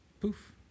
poof